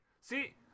See